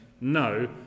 No